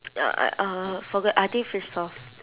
ya I uh forgot I think fish sauce